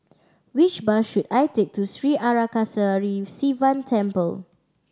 which bus should I take to Sri Arasakesari Sivan Temple